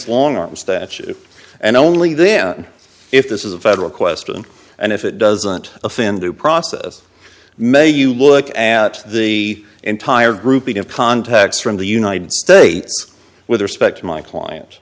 long arms statue and only then if this is a federal question and if it doesn't offend to process may you look at the entire grouping of contacts from the united states with respect to my client